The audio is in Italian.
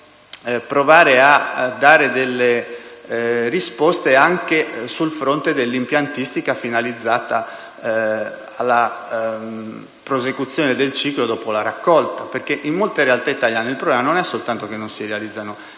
provare a dare delle risposte anche sul fronte dell'impiantistica finalizzata alla prosecuzione del ciclo dopo la raccolta. In molte realtà italiane il problema è che non si realizzano non